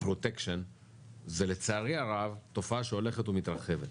פרוטקשן זה לצערי הרב תופעה שהולכת ומתרחבת,